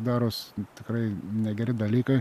daros tikrai negeri dalykai